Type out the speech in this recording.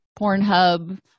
Pornhub